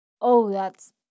oh—that's